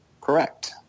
Correct